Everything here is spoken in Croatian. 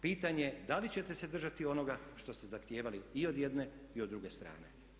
Pitanje da li ćete se držati onoga što ste zahtijevali i od jedne i od druge strane.